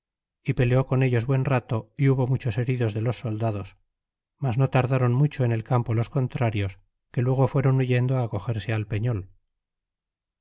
y peleó con ellos buen rato é hubo muchos heridos de los soldados mas no tardaron mucho en el campo los contrarios que luego fueron huyendo á acogerse al peño